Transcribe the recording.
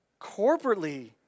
corporately